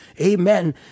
Amen